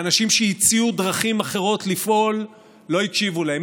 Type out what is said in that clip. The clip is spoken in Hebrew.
האנשים שהציעו דרכים אחרות לפעול, לא הקשיבו להם.